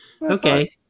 Okay